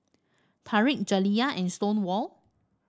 Tarik Jaliyah and Stonewall